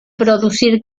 producir